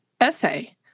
essay